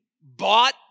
bought